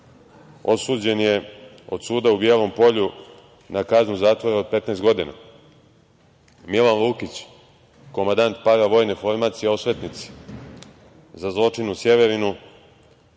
osuđen je od suda u Bijelom Polju na kaznu zatvora od 15 godina. Milan Lukić, komandant paravojne formacije Osvetnici, za zločin u Sjeverinu